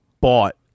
bought